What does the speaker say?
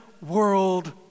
world